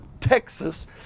Texas